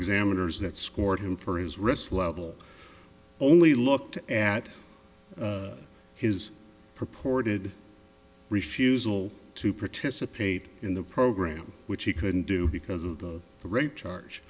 examiners that scored him for his rest level only looked at his purported refusal to participate in the program which he couldn't do because of the rape